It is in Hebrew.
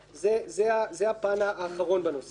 זה הפן האחרון בנושא הזה.